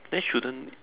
then shouldn't